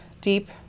deep